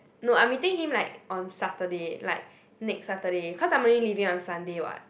no I'm meeting him like on Saturday like next Saturday cause I'm only leaving on Sunday [what]